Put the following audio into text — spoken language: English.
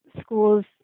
school's